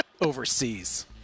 overseas